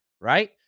right